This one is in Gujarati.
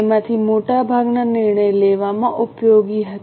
તેમાંથી મોટા ભાગના નિર્ણય લેવામાં ઉપયોગી હતા